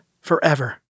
forever